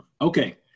Okay